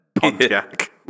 Pontiac